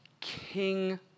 king